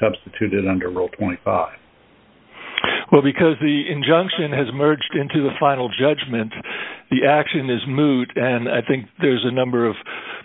substituted under rule point well because the injunction has merged into the final judgment the action is moot and i think there's a number of